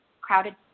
crowded